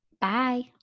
Bye